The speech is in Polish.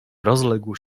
rozległ